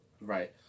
Right